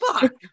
fuck